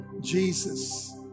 Jesus